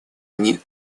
они